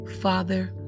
Father